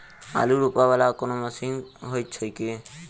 आलु रोपा वला कोनो मशीन हो छैय की?